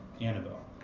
Annabelle